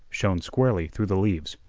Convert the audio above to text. shone squarely through the leaves.